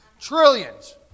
Trillions